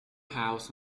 house